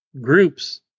groups